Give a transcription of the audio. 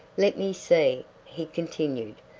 let me see, he continued,